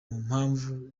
mpamvu